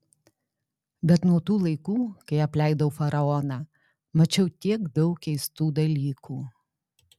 bet nuo tų laikų kai apleidau faraoną mačiau tiek daug keistų dalykų